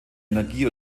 energie